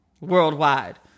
worldwide